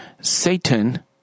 Satan